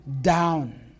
down